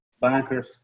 Bankers